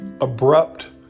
abrupt